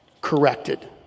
corrected